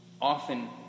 often